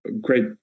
great